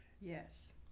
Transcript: Yes